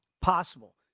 possible